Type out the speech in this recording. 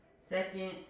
Second